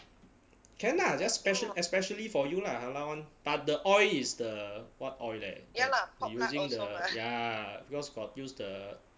can lah just special especially for you lah halal [one] but the oil is the what oil leh he using the ya because got use the